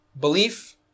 belief